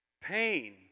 pain